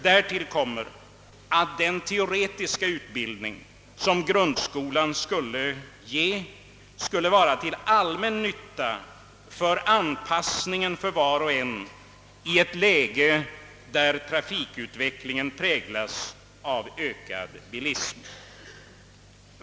Därtill kommer att den teoretiska utbildning, som grundskolan skulle ge, skulle vara till allmän nytta för vars och ens anpassning i ett läge då trafikutvecklingen präglas av ökad bilism.